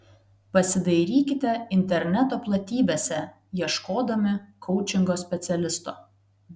pasidairykite interneto platybėse ieškodami koučingo specialisto